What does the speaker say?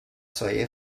سایه